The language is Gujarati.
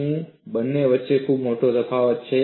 શું બંને વચ્ચે ખૂબ મોટો તફાવત છે